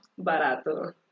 barato